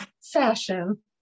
fashion